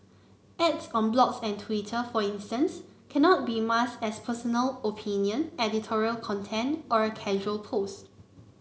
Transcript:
ads on blogs and Twitter for instance cannot be masked as personal opinion editorial content or a casual post